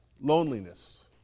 loneliness